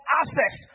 access